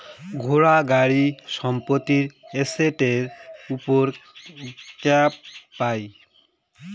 ঘোড়া, গাড়ি, সম্পত্তি এসেটের উপর গ্যাপ পাই